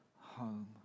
home